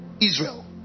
Israel